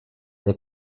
der